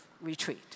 retreat